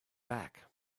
back